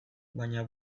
baina